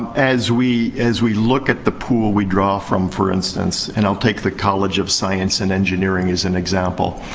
as we as we look at the pool we draw from, for instance. and i'll take the college of science and engineering as an example.